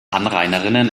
anrainerinnen